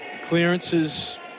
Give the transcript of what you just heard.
Clearances